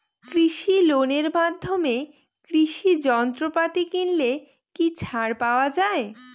কৃষি লোনের মাধ্যমে কৃষি যন্ত্রপাতি কিনলে কি ছাড় পাওয়া যায়?